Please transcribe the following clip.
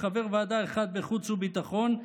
חבר ועדה אחד בחוץ והביטחון,